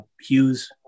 Hughes